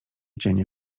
cienie